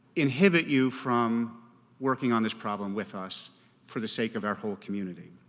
inhibit you from working on this problem with us for the sake of our whole community